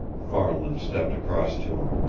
farland stepped across to him.